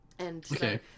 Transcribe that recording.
Okay